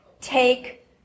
take